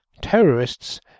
Terrorists